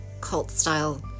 cult-style